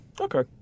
Okay